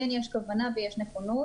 כן יש כוונה ויש נכונות,